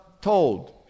told